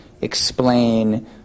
explain